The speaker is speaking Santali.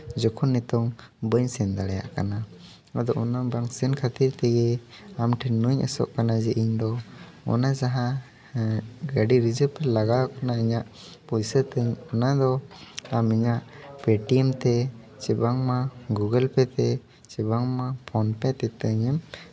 ᱡᱚᱠᱷᱚᱱ ᱱᱤᱛᱚᱝ ᱵᱟᱹᱧ ᱥᱮᱱ ᱫᱟᱲᱮᱭᱟᱜ ᱠᱟᱱᱟ ᱱᱚᱣᱟᱫᱚ ᱚᱱᱟ ᱵᱟᱝ ᱥᱮᱱ ᱠᱷᱟᱹᱛᱤᱨ ᱛᱮᱜᱮ ᱟᱢ ᱴᱷᱮᱱ ᱱᱚᱣᱟᱧ ᱟᱸᱥᱚᱜ ᱠᱟᱱᱟ ᱡᱮ ᱤᱧᱫᱚ ᱚᱱᱟ ᱡᱟᱦᱟᱸ ᱜᱟᱹᱰᱤ ᱨᱤᱡᱟᱹᱵᱷ ᱞᱟᱜᱟᱣ ᱠᱟᱱᱟ ᱤᱧᱟᱹᱜ ᱯᱩᱭᱥᱟᱹ ᱛᱤᱧ ᱚᱱᱟᱫᱚ ᱟᱢ ᱤᱧᱟᱹᱜ ᱯᱮᱴᱤᱭᱮᱢ ᱛᱮ ᱵᱟᱝᱢᱟ ᱜᱩᱜᱩᱞ ᱯᱮ ᱛᱮ ᱥᱮ ᱵᱟᱝᱢᱟ ᱯᱷᱳᱱ ᱯᱮ ᱛᱮ ᱛᱤᱧ ᱮᱢ